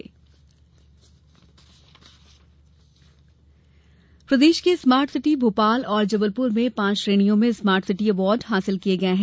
पुरस्कार प्रदेश के स्मार्ट सिटी भोपाल और जबलपुर में पांच श्रेणियों में स्मार्ट सिटी अवार्ड हासिल किये हैं